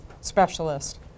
specialist